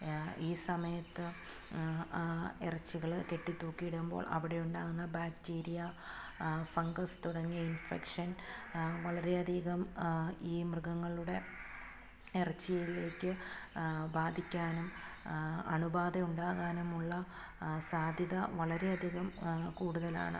ഈ സമയത്ത് ഇറച്ചികൾ കെട്ടിത്തൂക്കി ഇടുമ്പോൾ അവിടെയുണ്ടാകുന്ന ബാക്ടീരിയ ഫംഗസ് തുടങ്ങിയ ഇൻഫെക്ഷൻ വളരെയധികം ഈ മൃഗങ്ങളുടെ ഇറച്ചിയിലേക്ക് ബാധിക്കാനും അണുബാധയുണ്ടാകാനുമുള്ള സാധ്യത വളരെയധികം കൂടുതലാണ്